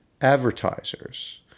advertisers